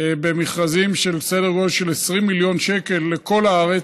במכרזים בסדר גודל של 20 מיליון שקל, לכל הארץ,